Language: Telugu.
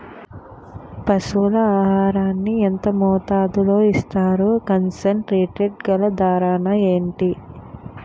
పశువుల ఆహారాన్ని యెంత మోతాదులో ఇస్తారు? కాన్సన్ ట్రీట్ గల దాణ ఏంటి?